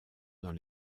dans